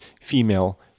female